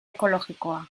ekologikoa